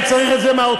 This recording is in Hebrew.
אני צריך את זה מהאוצר.